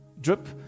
drip